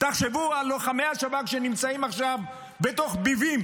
תחשבו על לוחמי השב"כ, שנמצאים עכשיו בתוך ביבים